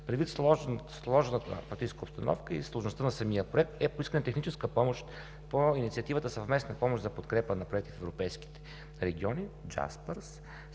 Предвид сложната фактическа обстановка и сложността на самия Проект е поискана техническа помощ по инициативата „Съвместна помощ за подкрепа на европейските региони“ –